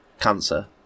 cancer